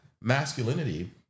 masculinity